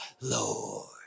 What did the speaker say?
Lord